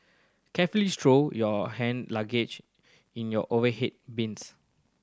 carefully stow your hand luggage in your overhead bins